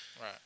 Right